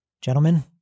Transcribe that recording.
Gentlemen